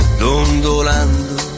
dondolando